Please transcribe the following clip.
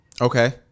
Okay